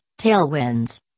tailwinds